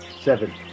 Seven